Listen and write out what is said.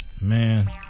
Man